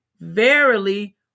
verily